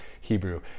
Hebrew